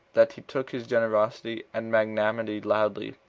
that he took his generosity and magnanimity loudly,